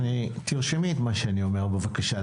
תרשמי את מה שאני אומר, בבקשה.